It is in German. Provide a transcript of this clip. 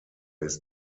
ist